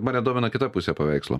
mane domina kita pusė paveikslo